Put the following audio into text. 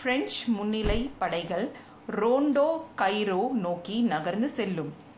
French முன்னிலை படைகள் ரோன்டோ கைரோ நோக்கி நகர்ந்து செல்லும்